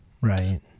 Right